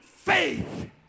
Faith